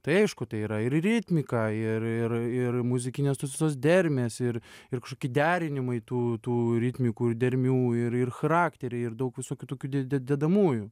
tai aišku tai yra ir ritmika ir ir ir muzikinės tos visos dermės ir ir kažkokie derinimai tų tų ritmikų ir dermių ir ir charakteriai ir daug visokių tokių deda dedamųjų